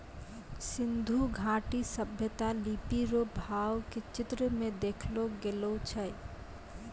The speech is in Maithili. सिन्धु घाटी सभ्यता लिपी रो भाव के चित्र मे देखैलो गेलो छलै